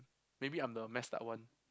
maybe I'm the messed up one